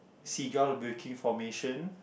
seagull making formation